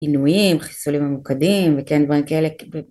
עינויים, חיסולים מוקדים וכן דברים כאלה